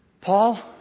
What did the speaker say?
Paul